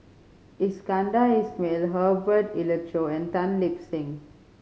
Iskandar Ismail Herbert Eleuterio and Tan Lip Seng